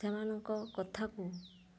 ସେମାନଙ୍କ କଥାକୁ